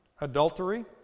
adultery